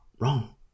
wrong